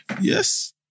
Yes